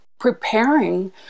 preparing